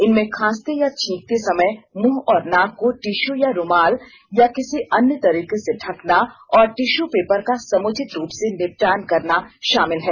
इनमें खांसते या छींकते समय मुंह और नाक को टिशू या रूमाल या किसी अन्य तरीके से ढकना और टिशू पेपर का समुचित रूप से निपटान करना शामिल हैं